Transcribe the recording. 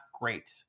great